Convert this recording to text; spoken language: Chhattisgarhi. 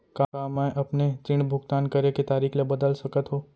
का मैं अपने ऋण भुगतान करे के तारीक ल बदल सकत हो?